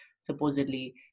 supposedly